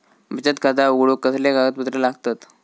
बचत खाता उघडूक कसले कागदपत्र लागतत?